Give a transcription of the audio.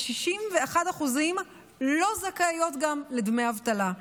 כ-61% לא זכאיות גם לדמי אבטלה,